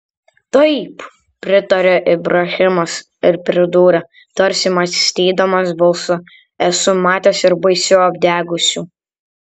taip pritarė ibrahimas ir pridūrė tarsi mąstydamas balsu esu matęs ir baisiau apdegusių